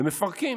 ומפרקים.